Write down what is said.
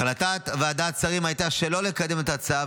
החלטת ועדת השרים הייתה שלא לקדם את ההצעה,